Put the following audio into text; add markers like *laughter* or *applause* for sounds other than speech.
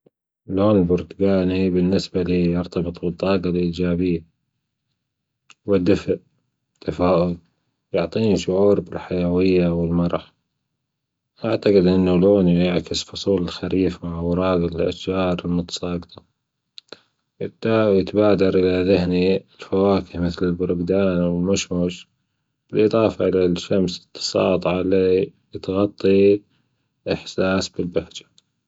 اللون البرتقاني بالنسبة ليا يرتبط بالطاجة الإيجابية والدفىء والتفائل يعطني شعور بالحيوية والمرح هكذا لان لونه يعكس فصول الخريف واوراج الأشجار المتساقطة وبالتالي يتبادر الي ذهني الفواكه مثل *unintelligible* والمشمش بالإضافة للشمس الساطعة اللي تعطي إحساس بالبهجة.